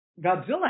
Godzilla